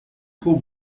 trop